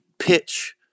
pitch